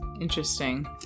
Interesting